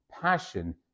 passion